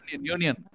Union